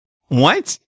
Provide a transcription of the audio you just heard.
What